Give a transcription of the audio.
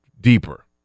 deeper